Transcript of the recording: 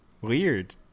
weird